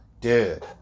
dude